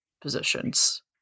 positions